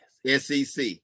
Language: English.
SEC